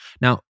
Now